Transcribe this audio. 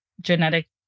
genetic